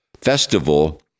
festival